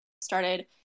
started